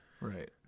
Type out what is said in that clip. Right